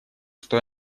что